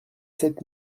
sept